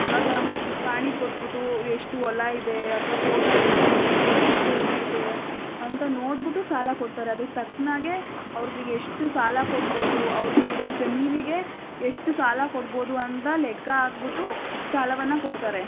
ಆವಾಗ ಪಹಣಿ ಕೊಟ್ಟುಬಿಟ್ಟು ಎಷ್ಟು ಹೊಲ ಇದೆ ಅಥವಾ ತೋಟ ಎಷ್ಟು ಎಕರೆ ಎಕ್ರೆ ಇದೆ ಅಂತ ನೋಡಿಬಿಟ್ಟು ಸಾಲ ಕೊಡ್ತಾರೆ ಅದಕ್ಕೆ ತಕ್ಕನಾಗೆ ಅವ್ರಿಗೆ ಎಷ್ಟು ಸಾಲ ಕೊಡ್ಬೋದು ಅವ್ರಿಗೆ ಇರೊ ಜಮೀನಿಗೆ ಎಷ್ಟು ಸಾಲ ಕೊಡ್ಬೋದು ಅಂತ ಲೆಕ್ಕ ಹಾಕಿಬಿಟ್ಟು ಸಾಲವನ್ನು ಕೊಡ್ತಾರೆ